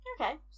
Okay